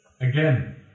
again